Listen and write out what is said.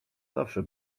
zawsze